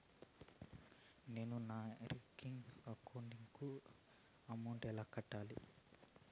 నేను నా ఇతర రికరింగ్ అకౌంట్ లకు అమౌంట్ ఎలా కట్టాలి?